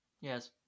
Yes